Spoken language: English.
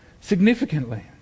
significantly